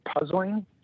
puzzling